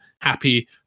happy